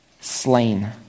slain